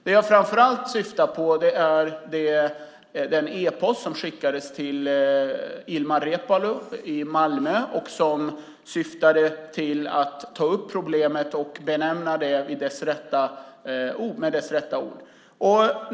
Jag syftar framför allt på den e-post som skickades till Ilmar Reepalu i Malmö och som syftade till att ta upp problemet och benämna det med sitt rätta namn.